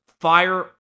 fire